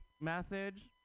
message